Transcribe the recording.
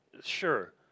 sure